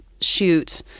shoot